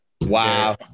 Wow